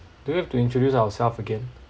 do we have to introduce ourself again